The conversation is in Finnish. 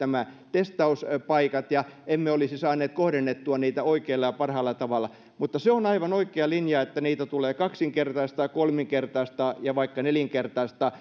testauspaikat ja emme olisi saaneet kohdennettua testejä oikealla ja parhaalla tavalla se on aivan oikea linja että niitä tulee kaksinkertaistaa kolminkertaistaa ja vaikka nelinkertaistaa